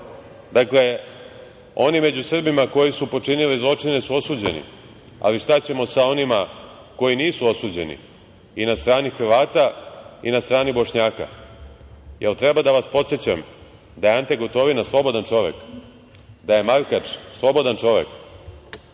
temi. Dakle, oni među Srbima koji su počinili zločine su osuđeni, ali šta ćemo sa onima koji nisu osuđeni i na strani Hrvata i na strani Bošnjaka? Jel treba da vas podsećam da je Ante Gotovina slobodan čovek, da je Markač slobodan čovek?